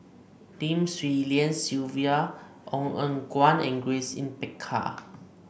Lim Swee Lian Sylvia Ong Eng Guan and Grace Yin Peck Ha